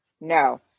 no